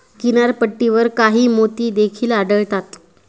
किनारपट्टीवर काही मोती देखील आढळतात